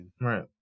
Right